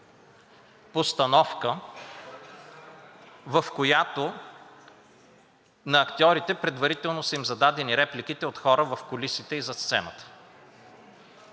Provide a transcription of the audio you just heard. постановка, в която на актьорите предварително са им зададени репликите от хората зад кулисите и зад сцената.